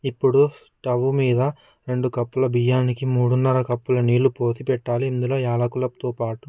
ఇప్పుడు స్టవ్ మీద రెండు కప్పులు బియ్యానికి మూడున్నర కప్పుల నీళ్లు పోసి పెట్టాలిఇందులో ఎలకులతో పాటు